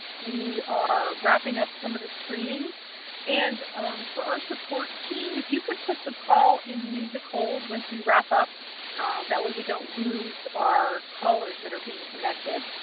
we are wrapping up some of the screenings and for our support team, if you could put the call in music hold once we wrap up that way we don't lose our callers that are being connected,